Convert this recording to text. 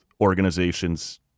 organizations